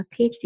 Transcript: PhD